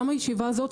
גם הישיבה הזאת,